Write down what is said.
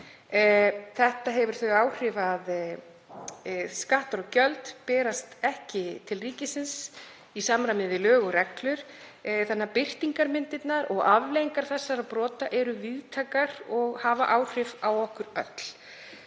Þetta hefur þau áhrif að skattar og gjöld berast ekki til ríkisins í samræmi við lög og reglur þannig að birtingarmyndirnar og afleiðingar þessara brota eru víðtækar og hafa áhrif á okkur öll.